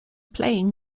playing